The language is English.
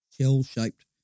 shell-shaped